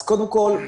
אז קודם כול,